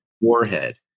warhead